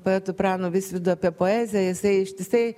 poetu pranu visvydu apie poeziją jisai ištisai